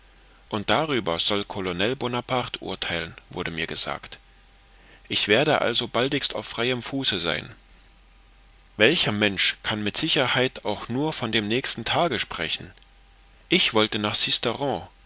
und darüber soll colonel bonaparte urtheilen wurde mir gesagt ich werde also baldigst auf freiem fuße sein welcher mensch kann mit sicherheit auch nur von dem nächsten tage sprechen ich wollte nach